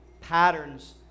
patterns